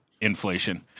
inflation